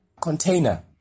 container